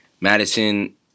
Madison